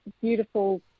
beautiful